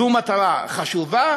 זו מטרה חשובה,